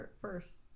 first